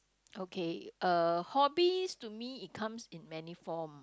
okay uh hobbies to me it comes in many form